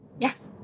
Yes